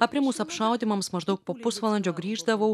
aprimus apšaudymams maždaug po pusvalandžio grįždavau